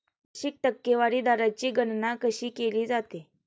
वार्षिक टक्केवारी दराची गणना कशी केली जाते?